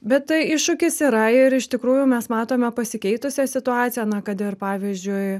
bet tai iššūkis yra ir iš tikrųjų mes matome pasikeitusią situaciją kad ir pavyzdžiui